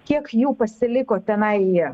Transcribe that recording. kiek jų pasiliko tenai jie